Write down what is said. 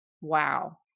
Wow